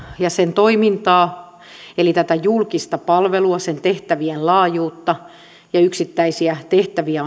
ja sen toimintaa eli tätä julkista palvelua sen tehtävien laajuutta ja yksittäisiä tehtäviä